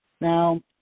Now